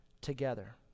together